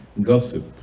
gossip